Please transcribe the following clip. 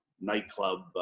nightclub